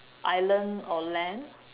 island or land